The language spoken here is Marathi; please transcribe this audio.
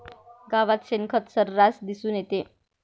गावात शेणखत सर्रास दिसून येते